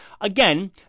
again